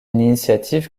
initiative